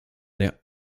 der